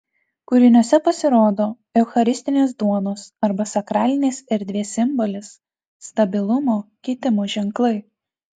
kūriniuose pasirodo eucharistinės duonos arba sakralinės erdvės simbolis stabilumo kitimo ženklai